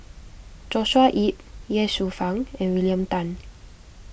Joshua Ip Ye Shufang and William Tan